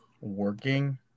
working